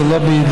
זה לא בידיי,